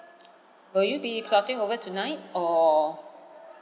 will you be plotting over tonight or